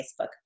facebook